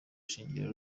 shingiro